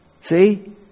See